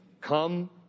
Come